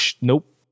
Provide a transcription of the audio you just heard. Nope